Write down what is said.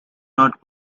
not